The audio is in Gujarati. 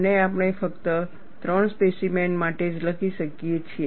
અને આપણે ફક્ત ત્રણ સ્પેસીમેન ઓ માટે જ લખી શકીએ છીએ